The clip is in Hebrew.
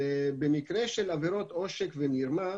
במקרה של עבירות עושק ומרמה,